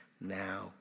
now